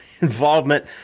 involvement